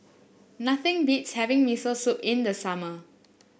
nothing beats having Miso Soup in the summer